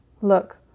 Look